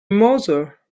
mother